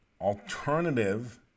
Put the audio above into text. alternative